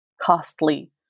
costly